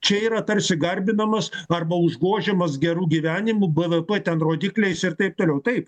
čia yra tarsi garbinamas arba užgožiamas geru gyvenimu bvp ten rodikliais ir taip toliau taip